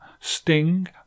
Sting